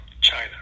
China